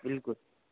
बिल्कुल